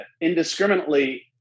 indiscriminately